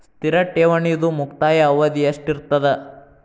ಸ್ಥಿರ ಠೇವಣಿದು ಮುಕ್ತಾಯ ಅವಧಿ ಎಷ್ಟಿರತದ?